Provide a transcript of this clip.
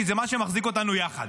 כי זה מה שמחזיק אותנו יחד.